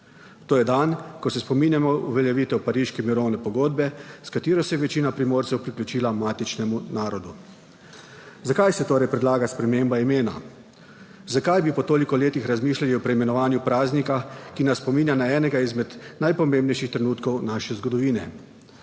to je dan, ko se spominjamo uveljavitev Pariške mirovne pogodbe, s katero se je večina Primorcev priključila matičnemu narodu. 26. TRAK (VI) 16.05 (nadaljevanje) Zakaj se torej predlaga sprememba imena? Zakaj bi po toliko letih razmišljali o preimenovanju praznika, ki nas spominja na enega izmed najpomembnejših trenutkov naše zgodovine?